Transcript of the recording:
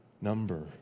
Number